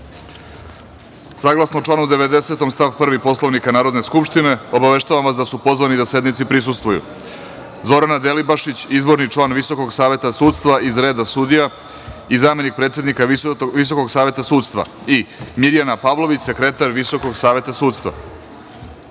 reda. Saglasno članu 90. stav 1. Poslovnik Narodne skupštine obaveštavamo vas da su pozvani da sednici prisustvuju: Zorana Delibašić, izborni član Visokog saveta sudstva iz reda sudija i zamenik predsednika Visokog saveta sudstva, i Mirjana Pavlović, sekretar Visokog saveta sudstva. Molim